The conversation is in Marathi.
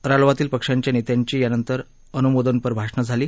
रालोआतील पक्षांच्या नेत्यांची यानंतर अनुमोदनपर भाषणे झाली